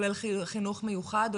כולל חינוך מיוחד?